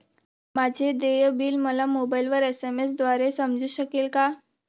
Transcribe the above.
माझे देय बिल मला मोबाइलवर एस.एम.एस द्वारे समजू शकेल का?